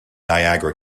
niagara